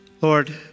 Lord